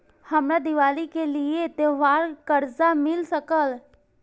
हमरा दिवाली के लिये त्योहार कर्जा मिल सकय?